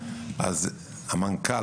אז המנכ"ל,